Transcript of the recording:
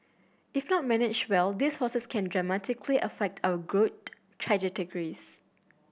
if not managed well these forces can dramatically affect our growth trajectories